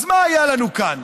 אז מה היה לנו כאן?